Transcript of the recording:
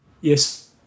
Yes